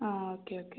ആ okay okay